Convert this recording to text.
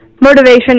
motivation